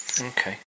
Okay